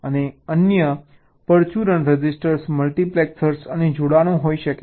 અને અન્ય પરચુરણ રજીસ્ટર મલ્ટીપ્લેક્સર અને જોડાણો હોઈ શકે છે